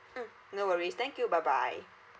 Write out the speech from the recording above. mm no worries thank you bye bye